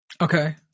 Okay